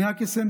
אני רק אסיים,